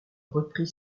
reprit